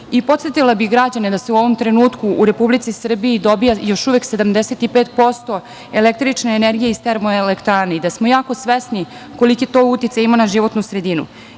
Podsetila bih građane da se u ovom trenutku u Republici Srbiji dobija još uvek 75% električne energije iz termoelektrana i da smo jako svesni koliki to uticaj ima na životnu sredinu.